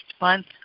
month